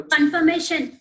Confirmation